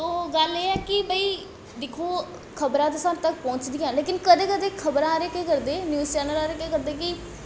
ओह् गल्ल एह् ऐ कि भाई दिक्खो खबरां ते साढ़े तक पहुंचदियां लेकिन कदैं कदैं खबरां आह्ले केह् करदे न्यूज़ चैन्नलें आह्ले केह् करदे कि